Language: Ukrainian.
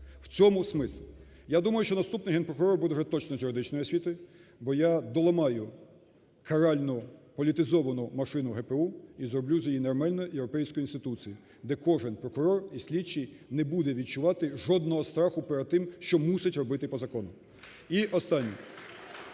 В цьому смисл. Я думаю, що наступний Генпрокурор буде вже точно з юридичною освітою, бо я доламаю каральну, політизовані машину ГПУ і зроблю з неї нормальну європейську інституцію, де кожен прокурор і слідчий не буде відчувати жодного страху перед тим, що мусить робити по закону. І останнє.